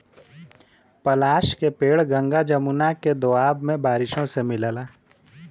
पलाश के पेड़ गंगा जमुना के दोआब में बारिशों से मिलला